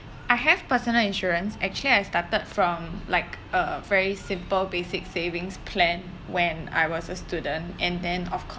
I have personal insurance actually I started from like a very simple basic savings plan when I was a student and then of course